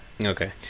Okay